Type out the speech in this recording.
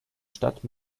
stadt